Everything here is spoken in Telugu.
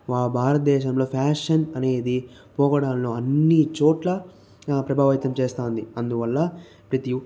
మా భారతదేశంలో ఫ్యాషన్ అనేది పోకడాలను అన్ని చోట్ల ప్రభావితం చేస్తుంది అందువల్ల